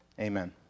Amen